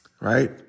right